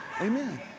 Amen